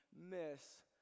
miss